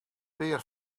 weer